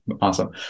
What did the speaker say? Awesome